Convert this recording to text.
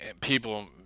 People